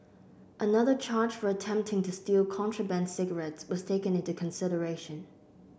another charge for attempting to steal contraband cigarettes was taken into consideration